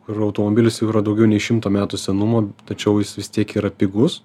kur yra automobilis jau yra daugiau nei šimto metų senumo tačiau jis vis tiek yra pigus